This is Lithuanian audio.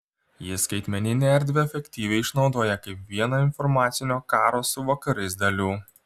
ji skaitmeninę erdvę efektyviai išnaudoja kaip vieną informacinio karo su vakarais dalių